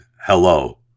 hello